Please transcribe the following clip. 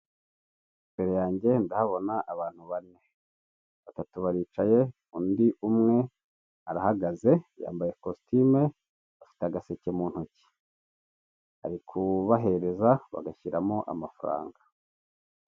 Imbere yanjye ndahabona abantu bane batatu baricaye undi umwe arahagaze yambaye ikositume afite agaseke mu ntoki arikubahereza bagashyiramo amafaranga.